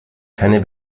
keine